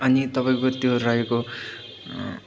अनि तपाईँको त्यो रहेको